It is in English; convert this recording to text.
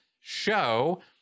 show